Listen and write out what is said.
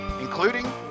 including